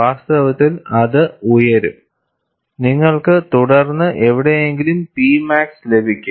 വാസ്തവത്തിൽഅത് ഉയരുംനിങ്ങൾക്ക് തുടർന്ന് എവിടെയെങ്കിലും P മാക്സ് ലഭിക്കും